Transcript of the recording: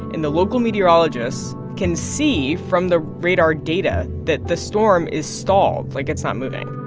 and the local meteorologists can see from the radar data that the storm is stalled. like, it's not moving.